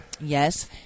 Yes